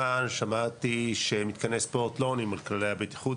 כאן שמעתי שמתקני ספורט לא עונים על כללי הבטיחות,